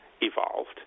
evolved